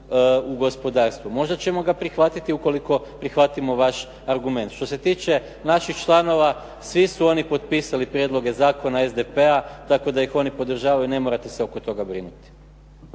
u gospodarstvo. Možda ćemo ga prihvatiti ukoliko prihvatimo vaš argument. Što se tiče naših članova svi su oni potpisali prijedloge zakona SDP-a tako da ih oni podržavaju, ne morate se oko toga brinuti.